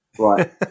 Right